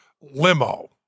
limo